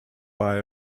buy